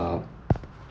uh